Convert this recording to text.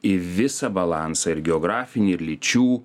į visą balansą ir geografinį ir lyčių